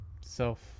self